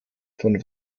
von